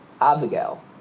Abigail